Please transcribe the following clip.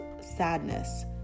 sadness